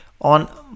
on